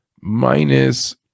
minus